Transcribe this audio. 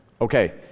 Okay